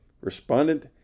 Respondent